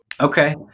Okay